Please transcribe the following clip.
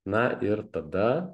na ir tada